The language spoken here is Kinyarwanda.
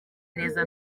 neza